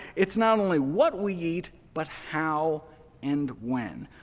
it's not only what we eat, but how and when.